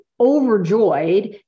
overjoyed